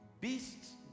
beasts